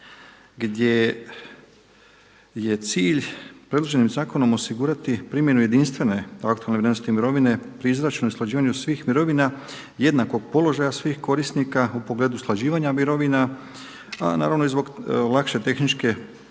gdje je cilj predviđenim zakonom osigurati primjenu jedinstvene aktualne vrijednosti mirovine pri izračunu i usklađivanju svih mirovina, jednakog položaja svih korisnika u pogledu usklađivanja mirovina a naravno i zbog lakše tehničke